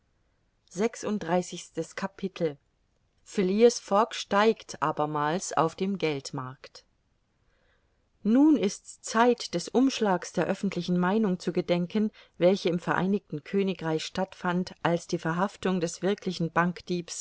fogg steigt abermals auf dem geldmarkt nun ist's zeit des umschlags der öffentlichen meinung zu gedenken welche im vereinigten königreich stattfand als die verhaftung des wirklichen